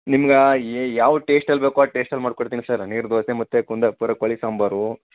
ನಿಮ್ಗೆ ಯಾವ ಟೇಸ್ಟಲ್ಲಿ ಬೇಕೊ ಆ ಟೆಸ್ಟಲ್ಲಿ ಮಾಡ್ಕೊಡ್ತೀನಿ ಸರ್ ನೀರ್ದೋಸೆ ಮತ್ತೆ ಕುಂದಾಪುರ ಕೋಳಿ ಸಾಂಬಾರು